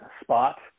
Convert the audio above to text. spot